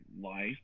life